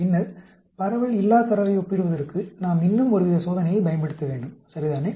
பின்னர் பரவல் இல்லா தரவை ஒப்பிடுவதற்கு நாம் இன்னும் ஒருவித சோதனையைப் பயன்படுத்த வேண்டும் சரிதானே